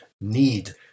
need